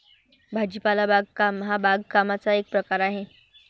भाजीपाला बागकाम हा बागकामाचा एक प्रकार आहे